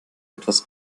etwas